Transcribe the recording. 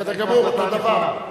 בסדר גמור, אותו דבר.